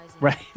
right